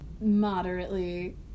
moderately